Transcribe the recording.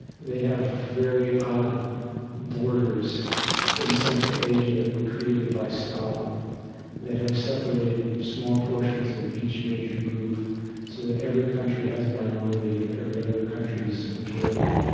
they have very odd borders in central asia that were created by stalin that have separated small portions of each major group so that every country has a minority of every other country's majority.